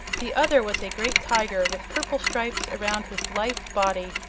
the other was a great tiger with purple stripes around his lithe body,